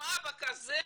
עם אבא כזה,